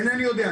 אינני יודע.